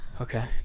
Okay